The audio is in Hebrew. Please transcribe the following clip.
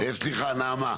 סליחה, נעמה.